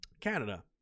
Canada